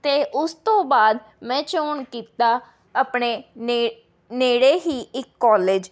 ਅਤੇ ਉਸ ਤੋਂ ਬਆਦ ਮੈਂ ਚੌਣ ਕੀਤਾ ਆਪਣੇ ਨੇ ਨੇੜੇ ਹੀ ਇੱਕ ਕੌਲਜ